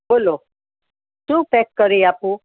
બોલો શું પેક કરી આપું